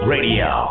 Radio